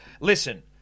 listen